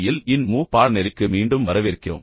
L இன் MOOC பாடநெறிக்கு மீண்டும் வரவேற்கிறோம்